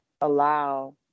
allow